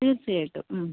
തീർച്ചയായിട്ടും ഉം